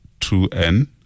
2N